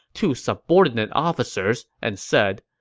two subordinate officers, and said,